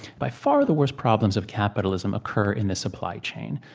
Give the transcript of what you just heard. by far the worst problems of capitalism occur in the supply chain.